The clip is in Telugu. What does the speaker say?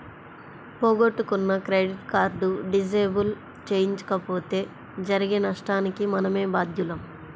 పోగొట్టుకున్న క్రెడిట్ కార్డు డిజేబుల్ చేయించకపోతే జరిగే నష్టానికి మనమే బాధ్యులం